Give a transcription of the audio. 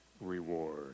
reward